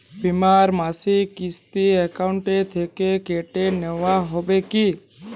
বিমার মাসিক কিস্তি অ্যাকাউন্ট থেকে কেটে নেওয়া হবে কি?